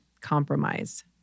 compromise